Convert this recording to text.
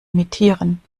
imitieren